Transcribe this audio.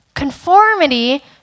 Conformity